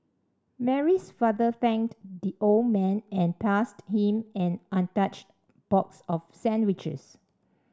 Mary's father thanked the old man and passed him an untouched box of sandwiches